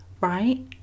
right